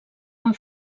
amb